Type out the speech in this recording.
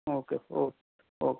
okay okay okay